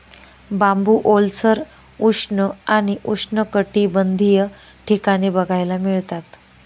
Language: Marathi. बांबू ओलसर, उष्ण आणि उष्णकटिबंधीय ठिकाणी बघायला मिळतात